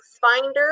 Finder